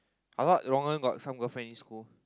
I thought Rong-En got some girlfriend in school